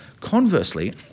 conversely